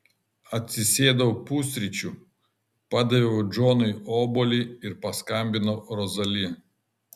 atsisėdau pusryčių padaviau džonui obuolį ir paskambinau rozali